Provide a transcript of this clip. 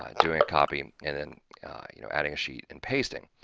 um doing a copy and then you know, adding a sheet and pasting.